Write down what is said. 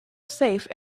safe